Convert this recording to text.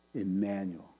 Emmanuel